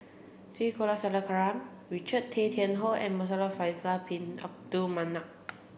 T Kulasekaram Richard Tay Tian Hoe and Muhamad Faisal Bin Abdul Manap